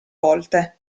volte